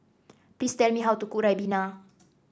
please tell me how to cook ribena